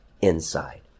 inside